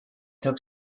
took